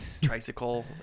tricycle